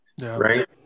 right